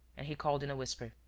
and he called, in a whisper,